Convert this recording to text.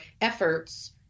efforts